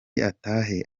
atahe